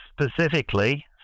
specifically